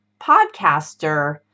podcaster